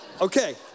Okay